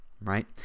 right